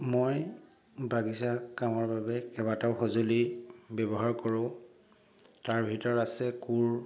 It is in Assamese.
মই বাগিচাৰ কামৰ বাবে কেইবাতাও সজুলী ব্যৱহাৰ কৰোঁ তাৰ ভিতৰত আছে কোৰ